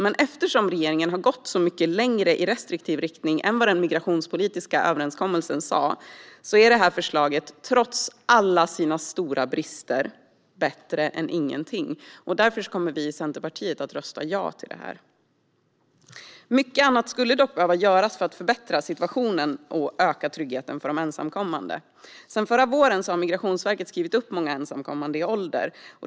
Men eftersom regeringen har gått så mycket längre i restriktiv riktning än vad den migrationspolitiska överenskommelsen sa är förslaget trots alla sina stora brister bättre än ingenting. Därför kommer vi i Centerpartiet att rösta ja till förslaget. Mycket annat skulle dock behöva göras för att förbättra situationen och öka tryggheten för de ensamkommande. Sedan förra våren har Migrationsverket skrivit upp många ensamkommande i ålder.